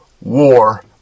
war